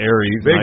Aries